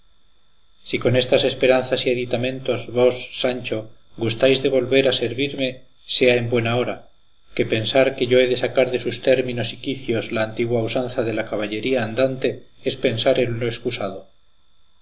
si con estas esperanzas y aditamentos vos sancho gustáis de volver a servirme sea en buena hora que pensar que yo he de sacar de sus términos y quicios la antigua usanza de la caballería andante es pensar en lo escusado